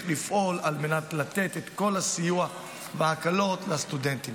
לפעול על מנת לתת את כל הסיוע בהקלות לסטודנטים.